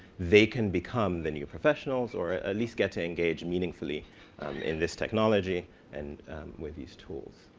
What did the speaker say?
they can become the new professionals or at least get to engage meaningfully in this technology and with these tools.